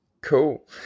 Cool